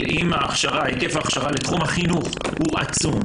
אם היקף ההכשרה לתחום החינוך עצום